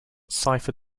cipher